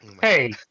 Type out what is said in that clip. Hey